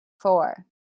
four